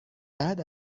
بعد